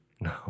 No